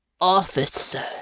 officer